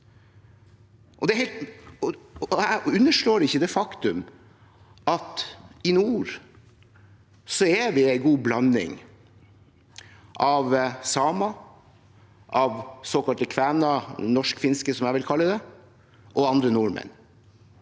Jeg underslår ikke det faktum at vi i nord er en god blanding, av samer, såkalte kvener – norsk-finske, som jeg vil kalle det – og andre nordmenn.